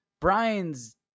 brian's